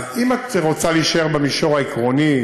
אז אם את רוצה להישאר במישור העקרוני,